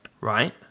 Right